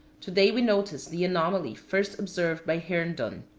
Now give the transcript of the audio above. to-day we noticed the anomaly first observed by herndon.